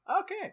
Okay